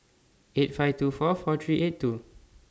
eight five two four four three eight two